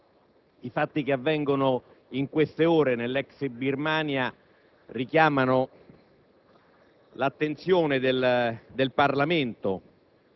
i fatti che avvengono in queste ore nell'ex Birmania richiamano